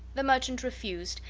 the merchant refused,